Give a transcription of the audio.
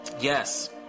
yes